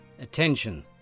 Attention